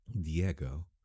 Diego